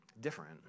different